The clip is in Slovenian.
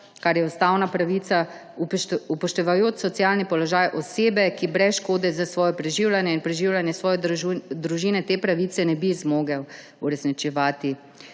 kar je ustavna pravica, upoštevajoč socialni položaj osebe, ki brez škode za svoje preživljanje in preživljanje svoje družine te pravice ne bi zmogla uresničevati.